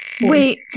Wait